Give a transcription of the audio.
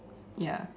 ya